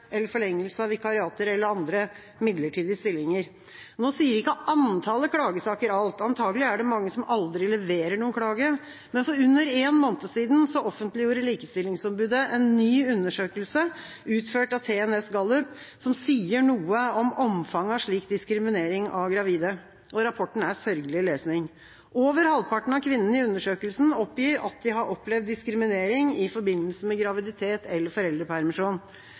eller andre midlertidige stillinger. Nå sier ikke antallet klagesaker alt, antakelig er det mange som aldri leverer noen klage. Men for under én måned siden offentliggjorde Likestillingsombudet en ny undersøkelse utført av TNS Gallup som sier noe om omfanget av slik diskriminering av gravide. Rapporten er sørgelig lesning. Over halvparten av kvinnene i undersøkelsen oppgir at de har opplevd diskriminering i forbindelse med graviditet eller foreldrepermisjon.